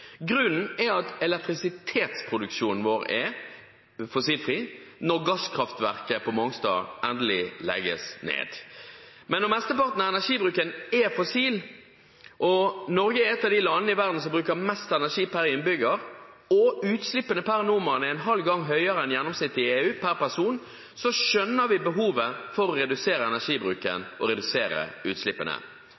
Grunnen er at elektrisitetsproduksjonen vår er fossilfri når gasskraftverket på Mongstad endelig legges ned. Men når mesteparten av energibruken er fossil, Norge er et av landene i verden som bruker mest energi per innbygger, og utslippene per nordmann er en halv gang høyere enn gjennomsnittet i EU per person, skjønner vi behovet for å redusere energibruken